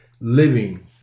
living